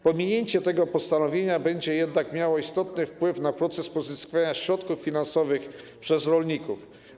Pominięcie tego postanowienia będzie jednak miało istotny wpływ na proces pozyskiwania środków finansowych przez rolników.